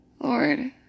Lord